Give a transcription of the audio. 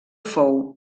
fou